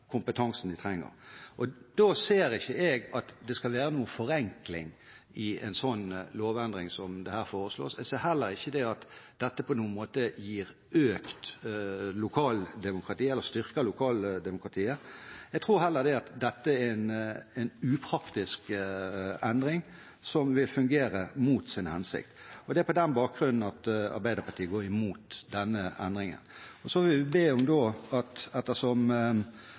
kompetansen de trenger. Da ser ikke jeg at en slik lovendring som her foreslås, skal være noen forenkling. Jeg ser heller ikke at dette på noen måte styrker lokaldemokratiet. Jeg tror heller at dette er en upraktisk endring, som vil fungere mot sin hensikt. Det er på den bakgrunnen at Arbeiderpartiet går imot denne endringen. Så vil vi be om følgende: Ettersom denne endringen ligger inne i forslaget til vedtak, ber vi om at